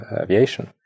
aviation